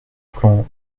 plan